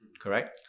Correct